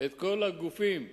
את כל הגופים בעירו,